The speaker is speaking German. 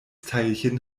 teilchen